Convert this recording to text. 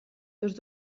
tots